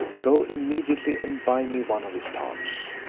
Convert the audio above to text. go immediately and buy me one of his tarts.